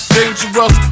Dangerous